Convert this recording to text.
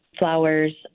flowers